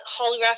holographic